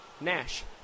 Nash